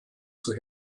zur